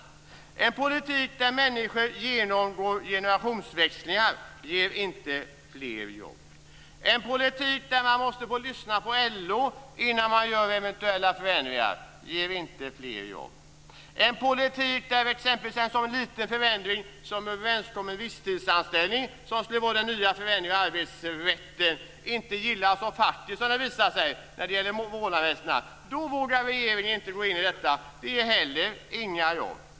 En politik där människor genomgår generationsväxlingar ger inte fler jobb. En politik där man måste gå och lyssna på LO innan man gör eventuella förändringar ger inte fler jobb. När exempelvis en så liten förändring som en överenskommen visstidsanställning, som skulle vara den nya förändringen av arbetsrätten, visar sig inte gillas av facket, vågar regeringen inte gå in. Det ger heller inga jobb.